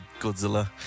Godzilla